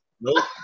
Nope